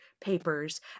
papers